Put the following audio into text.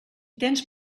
tens